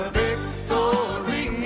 victory